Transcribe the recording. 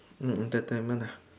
mm entertainment ah